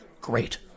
Great